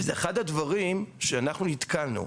זה אחד הדברים שאנחנו נתקלנו בהם,